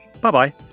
Bye-bye